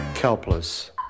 helpless